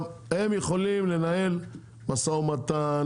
הם יכלים לנהל משא ומתן,